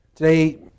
Today